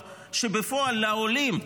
לעולים,